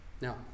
Now